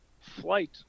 flight